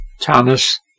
Thomas